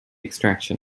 extraction